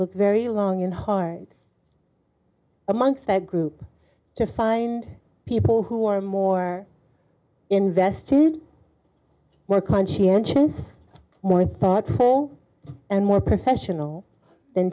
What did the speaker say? look very long and hard amongst a group to find people who are more invested more conscientious more thoughtful and more professional than